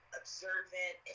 observant